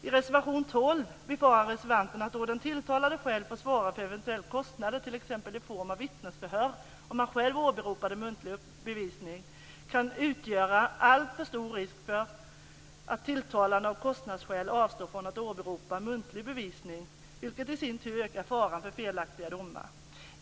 I reservation 12 befarar reservanterna att då den tilltalade själv får svara för eventuella kostnader, t.ex. för vittnesförhör om han själv åberopat muntlig bevisning, kan det utgöra en alltför stor risk för att tilltalade av kostnadsskäl avstår från att åberopa muntlig bevisning, vilket i sin tur ökar faran för felaktiga domar.